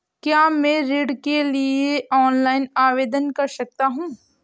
क्या मैं ऋण के लिए ऑनलाइन आवेदन कर सकता हूँ?